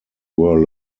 were